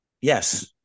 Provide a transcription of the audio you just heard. Yes